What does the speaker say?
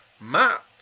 Matt